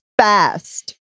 fast